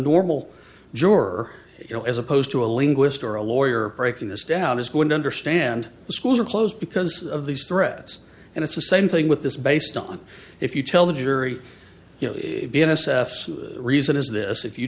normal juror you know as opposed to a linguist or a lawyer breaking this down is going to understand the schools are closed because of these threats and it's the same thing with this based on if you tell the jury you know reason is this if you